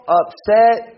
upset